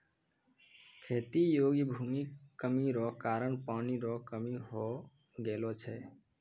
खेती योग्य भूमि कमी रो कारण पानी रो कमी हो गेलौ छै